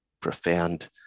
profound